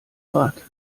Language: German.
rad